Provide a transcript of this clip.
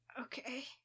Okay